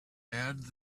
add